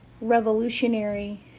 revolutionary